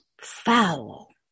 foul